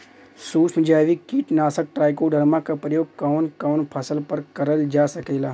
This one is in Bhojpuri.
सुक्ष्म जैविक कीट नाशक ट्राइकोडर्मा क प्रयोग कवन कवन फसल पर करल जा सकेला?